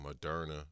Moderna